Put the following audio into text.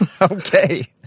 Okay